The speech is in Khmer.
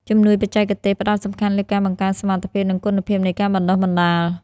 ជំនួយបច្ចេកទេសផ្តោតសំខាន់លើការបង្កើនសមត្ថភាព និងគុណភាពនៃការបណ្តុះបណ្តាល។